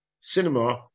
cinema